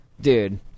Dude